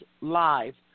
live